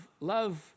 love